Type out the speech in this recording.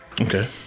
Okay